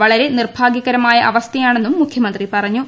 വളരെ നിർഭാഗ്യകരമായ അവസ്ഥയാണെന്നും മുഖ്യമന്ത്രി പറഞ്ഞു